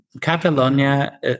Catalonia